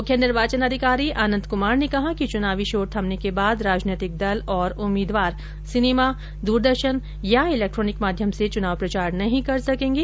मुख्य निर्वाचन अधिकारी आनंद कुमार ने कहा कि चुनावी शोर थमने के बाद राजनैतिक दल और उम्मीदवार सिनेमा द्रदर्शन अथवा इलेक्ट्रोनिक माध्यम से चुनाव प्रचार नहीं कर सकेंगे